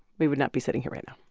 we would not be sitting here right now